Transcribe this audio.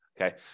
Okay